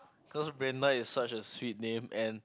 cause Brenna is such a sweet name and